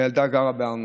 והילדה גרה בהר נוף.